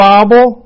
Bible